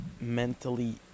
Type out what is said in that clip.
mentally